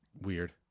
weird